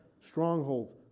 strongholds